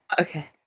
Okay